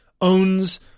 owns